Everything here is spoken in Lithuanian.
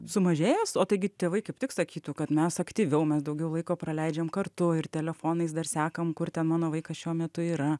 sumažėjęs o taigi tėvai kaip tik sakytų kad mes aktyviau mes daugiau laiko praleidžiam kartu ir telefonais dar sekam kur mano vaikas šiuo metu yra